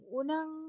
unang